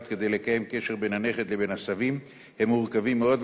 כדי לקיים קשר בין הנכד לבין הסבים הם מורכבים מאוד,